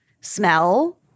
smell